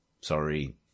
sorry